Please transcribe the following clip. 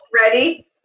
Ready